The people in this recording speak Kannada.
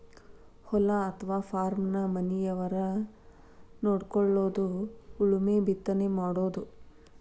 ಹೊಲಾ ಅಥವಾ ಪಾರ್ಮನ ಮನಿಯವರ ನೊಡಕೊಳುದು ಉಳುಮೆ ಬಿತ್ತನೆ ಮಾಡುದು